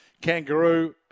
Kangaroo